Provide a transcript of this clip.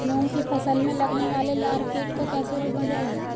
मूंग की फसल में लगने वाले लार कीट को कैसे रोका जाए?